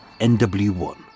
NW1